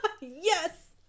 Yes